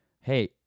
Hey